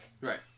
right